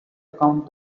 account